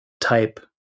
type